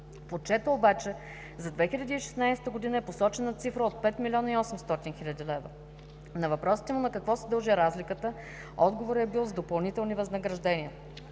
В отчета за 2016 година е посочена цифрата 5 млн. 800 хил. лв. На въпросите му на какво се дължи разликата, отговорът е бил „за допълнителни възнаграждения“.